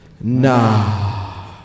Nah